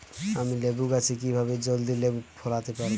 আমি লেবু গাছে কিভাবে জলদি লেবু ফলাতে পরাবো?